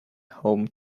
home